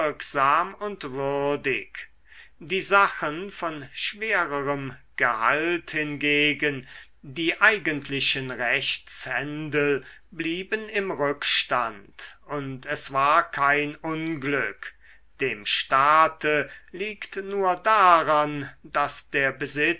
und würdig die sachen von schwererem gehalt hingegen die eigentlichen rechtshändel blieben im rückstand und es war kein unglück dem staate liegt nur daran daß der